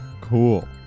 Cool